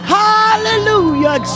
hallelujah